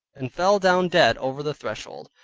and fell down dead over the threshold.